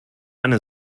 eine